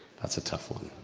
that's a tough one.